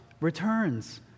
returns